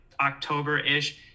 October-ish